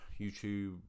YouTube